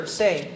say